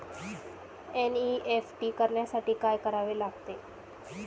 NEFT करण्यासाठी काय करावे लागते?